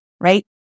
right